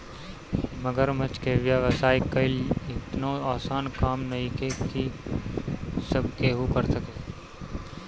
मगरमच्छ के व्यवसाय कईल एतनो आसान काम नइखे की सब केहू कर सके